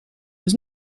was